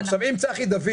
אם צחי דוד